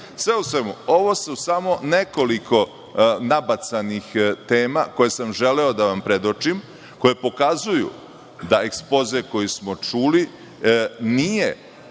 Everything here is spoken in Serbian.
itd. Sve u svemu, ovo su samo nekoliko nabacanih tema koje sam želeo da vam predočim, koje pokazuju da ekspoze koji smo čuli nije